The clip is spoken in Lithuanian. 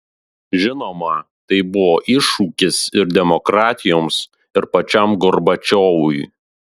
žinoma tai buvo iššūkis ir demokratijoms ir pačiam gorbačiovui